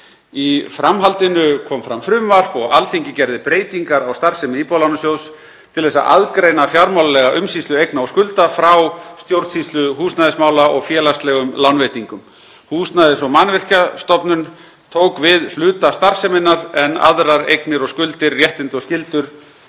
Í framhaldinu kom fram frumvarp og Alþingi gerði breytingar á starfsemi Íbúðalánasjóðs til þess að aðgreina fjármálalega umsýslu eigna og skulda frá stjórnsýslu húsnæðismála og félagslegum lánveitingum. Húsnæðis- og mannvirkjastofnun tók við hluta starfseminnar en aðrar eignir og skuldir, réttindi og skyldur,